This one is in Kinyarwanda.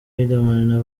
riderman